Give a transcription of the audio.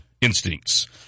instincts